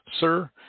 Sir